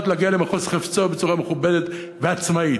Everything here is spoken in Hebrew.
להגיע למחוז חפצו בצורה מכובדת ועצמאית,